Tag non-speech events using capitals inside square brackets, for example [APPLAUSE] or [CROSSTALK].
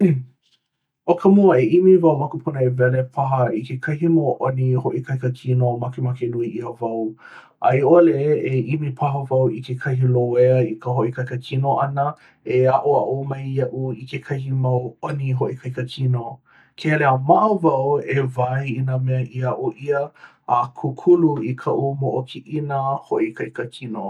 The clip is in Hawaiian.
[NOISE] ʻO ka mua e ʻimi wau ma ka punaewele paha i kekahi ʻoni hoʻoikaika kino makemake nui ʻia wau. A i ʻole e ʻimi paha wau i kekahi loea i ka hoʻoikaika kino ʻana e aʻoaʻo mai iaʻu i kekahi mau ʻoni hoʻoikaika kino. Ke hele a maʻa wau e wae i nā mea i aʻo ʻia a kūkulu i kaʻu moʻokiʻina hoʻoikaika kino.